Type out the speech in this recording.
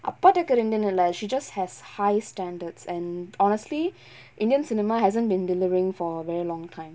அப்பாட்ட கேளு என்னது இல்ல:appatta kelu ennathu illa she just has high standards and honestly indian cinema hasn't been delivering for a very long time